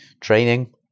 training